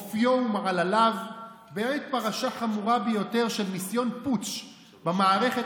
לאופיו ולמעלליו בעת פרשה חמורה ביותר של ניסיון פוטש של המערכת